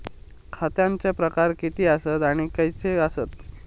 खतांचे प्रकार किती आसत आणि खैचे आसत?